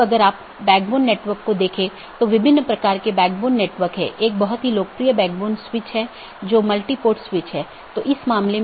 संचार में BGP और IGP का role BGP border gateway protocol और IGP इंटरनेट गेटवे प्रोटोकॉल